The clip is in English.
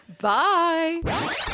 Bye